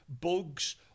bugs